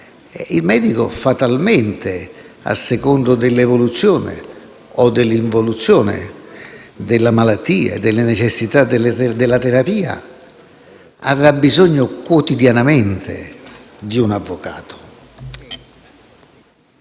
il medico fatalmente, a seconda dell'evoluzione o dell'involuzione della malattia e della necessità della terapia, avrà bisogno quotidianamente di un avvocato.